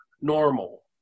normal